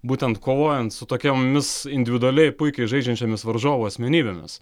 būtent kovojant su tokiomis individualiai puikiai žaidžiančiomis varžovų asmenybėmis